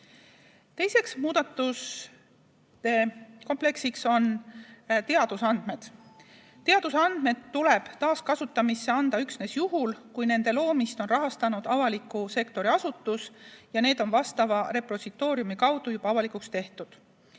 Teiseks muudatuste kompleksiks on teadusandmed. Teadusandmed tuleb taaskasutamisse anda üksnes juhul, kui nende loomist on rahastanud avaliku sektori asutus ja need on vastava repositooriumi kaudu avalikuks tehtud.